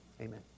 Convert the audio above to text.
amen